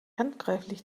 handgreiflich